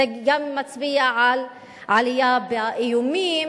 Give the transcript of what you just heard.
זה גם מצביע על עלייה באיומים